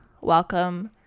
Welcome